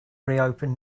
reopen